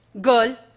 girl